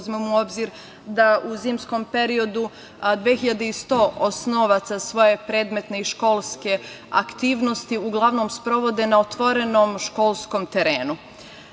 uzmemo u obzir da u zimskom periodu 2.100 osnovaca svoje predmetne i školske aktivnosti uglavnom sprovode na otvorenom školskom terenu. Još